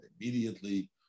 immediately